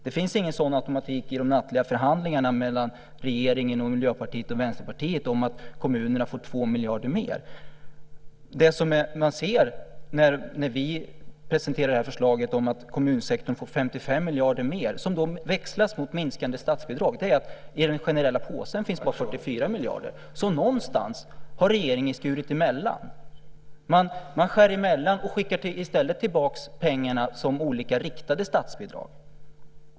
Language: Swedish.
Det finns ingen sådan automatik i de nattliga förhandlingarna mellan regeringen, Miljöpartiet och Vänsterpartiet att kommunerna får 2 miljarder mer. Det man ser när vi presenterar detta förslag om att kommunsektorn får 55 miljarder mer - som då växlas mot minskade statsbidrag - är att i den generella påsen finns bara 44 miljarder. Så någonstans har regeringen skurit emellan. Man skär emellan och skickar i stället tillbaka pengarna som olika riktade statsbidrag.